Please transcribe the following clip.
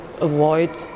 avoid